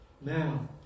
Now